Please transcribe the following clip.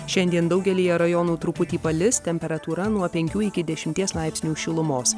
šiandien daugelyje rajonų truputį palis temperatūra nuo penkių iki dešimties laipsnių šilumos